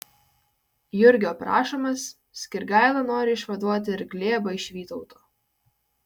jurgio prašomas skirgaila nori išvaduoti ir glėbą iš vytauto